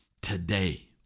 today